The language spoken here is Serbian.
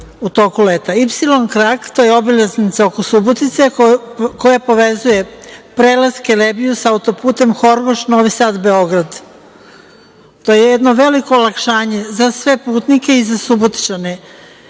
krak, to je obilaznica oko Subotice koja povezuje prelaz Kelebiju sa auto-putem Horgoš – Novi Sad – Beograd. To je jedno veliko olakšanje za sve putnike i za Subotičane